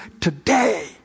today